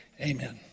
amen